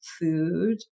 food